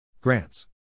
Grants